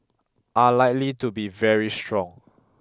are likely to be very strong